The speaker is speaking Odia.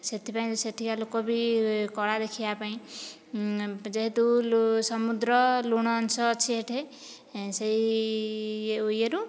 ସେଥିପାଇଁ ସେଠିକା ଲୋକ ବି କଳା ଦେଖିବାପାଇଁ ଯେହେତୁ ସମୁଦ୍ର ଲୁଣ ଅଂଶ ଅଛି ଏଠି ସେଇ ଇଏରୁ